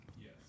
yes